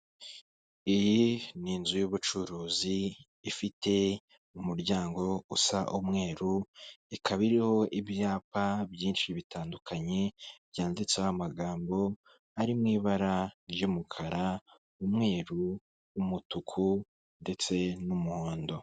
Iyi ni inzu y'ubucuruzi ifite umuryango usa umweru, ikaba iriho ibyapa byinshi bitandukanye byanditseho amagambo ari mu ibara ry'umukara, umweru, umutuku ndetse n'umuhondo.